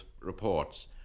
reports